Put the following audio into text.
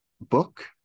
book